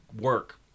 work